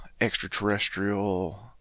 extraterrestrial